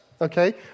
okay